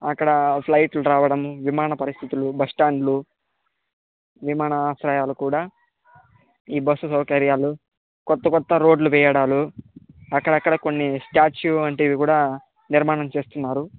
అక్కడ ఫ్లైట్లు రావడం విమాన పరిస్థితులు బస్స్టాండ్లు విమానాశ్రయాలు కూడా ఈ బస్సు సౌకర్యాలు కొత్త కొత్త రోడ్లు వెయ్యడాలు అక్కడక్కడ కొన్ని స్టాచ్యు వంటివి కూడా నిర్మాణం చేస్తున్నారు